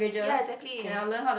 ya exactly